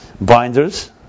binders